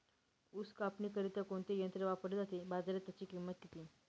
ऊस कापणीकरिता कोणते यंत्र वापरले जाते? बाजारात त्याची किंमत किती?